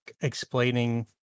explaining